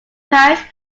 parish